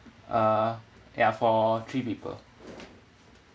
uh ya for three people